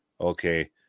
Okay